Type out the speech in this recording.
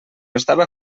estava